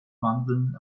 mandeln